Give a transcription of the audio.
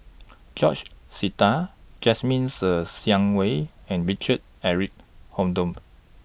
George Sita Jasmine Ser Xiang Wei and Richard Eric Holttum